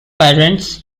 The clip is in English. parents